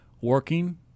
working